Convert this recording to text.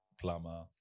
plumber